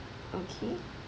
okay